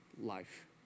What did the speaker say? life